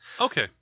Okay